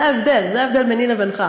זה ההבדל, זה ההבדל ביני לבינך.